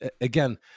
again